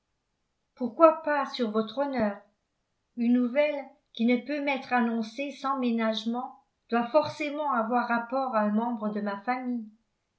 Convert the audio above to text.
pourquoi pas sur votre honneur une nouvelle qui ne peut m'être annoncée sans ménagements doit forcément avoir rapport à un membre de ma famille